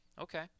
Okay